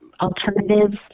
alternatives